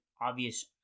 obvious